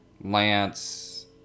Lance